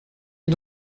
est